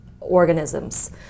organisms